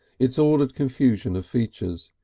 its ordered confusion of features,